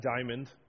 diamond